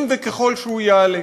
אם וככל שהוא יעלה.